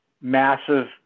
massive